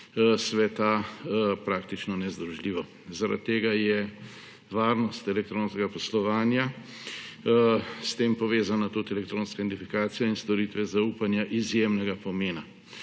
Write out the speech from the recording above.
sveta praktično nezdružljivo. Zaradi tega je varnost elektronskega poslovanja, tudi s tem povezana elektronska identifikacija in storitve zaupanja izjemnega pomena.